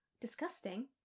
Disgusting